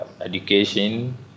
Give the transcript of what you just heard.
education